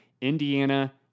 Indiana